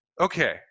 okay